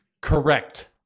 correct